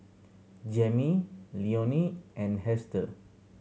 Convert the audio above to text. Jammie Leonie and Hester